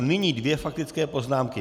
Nyní dvě faktické poznámky.